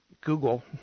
Google